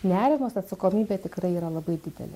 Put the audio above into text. nerimas atsakomybė tikrai yra labai didelė